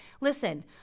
Listen